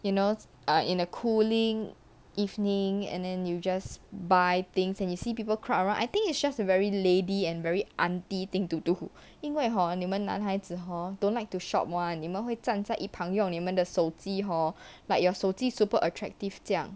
you know uh in a cooling evening and then you just buy things and you see people crowd around I think it's just a very lady and very aunty thing to do 因为 hor 你们男孩子 hor don't like to shop [one] 你们会站在一旁用你们的手机 hor like your 手机 super attractive 这样